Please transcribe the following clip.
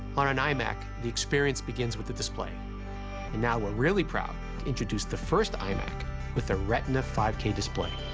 on an imac, the experience begins with the display. and now we're really proud to introduce the first imac with the retina five k display.